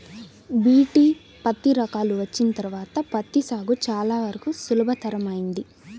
BT పత్తి రకాలు వచ్చిన తర్వాత పత్తి సాగు చాలా వరకు సులభతరమైంది